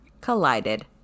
Collided